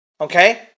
Okay